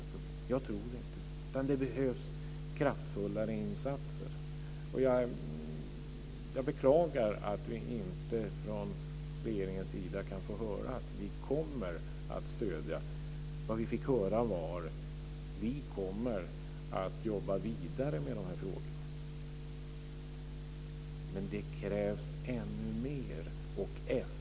Jag tror inte det, utan det behövs kraftfullare insatser. Jag beklagar att vi inte kan höra från regeringens sida: Vi kommer att stödja. Vad vi fick höra var: Vi kommer att jobba vidare med de här frågorna. Det krävs ännu mer.